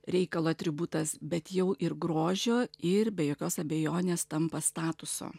reikalo atributas bet jau ir grožio ir be jokios abejonės tampa statuso